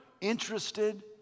interested